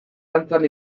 dantzan